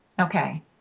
okay